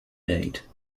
date